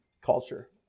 culture